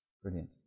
Brilliant